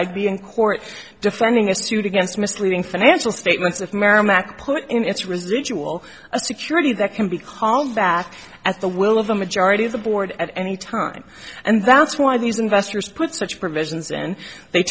i'd be in court defending a suit against misleading financial statements of merrimac put in its residual a security that can be called back at the will of a majority of the board at any time and that's why these investors put such provisions in they